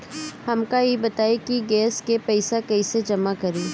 हमका ई बताई कि गैस के पइसा कईसे जमा करी?